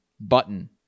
button